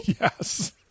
Yes